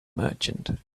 merchant